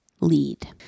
lead